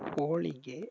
ಹೋಳಿಗೆ